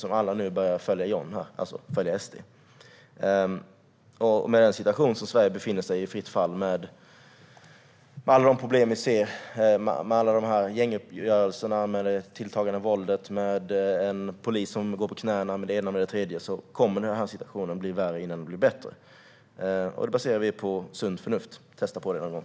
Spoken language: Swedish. Nu har alla börjat följa John, det vill säga SD. Sverige befinner sig i fritt fall. Vi har problem med gänguppgörelser, med tilltagande våld, med polisen som går på knäna och med det ena och det tredje. Situationen kommer att bli värre innan den blir bättre. Det baserar vi på sunt förnuft. Testa det någon gång!